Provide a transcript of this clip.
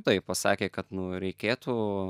taip pasakė kad nu reikėtų